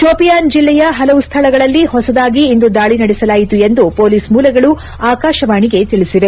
ಶೋಪಿಯಾನ್ ಜಿಲ್ಲೆಯ ಪಲವು ಸ್ಥಳಗಳಲ್ಲಿ ಹೊಸದಾಗಿ ಇಂದು ದಾಳಿ ನಡೆಸಲಾಯಿತು ಎಂದು ಪೊಲೀಸ್ ಮೂಲಗಳು ಆಕಾಶವಾಣಿಗೆ ತಿಳಿಸಿದೆ